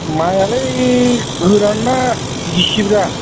मायालाय गोरानना गिसि ब्रा